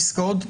עסקאות,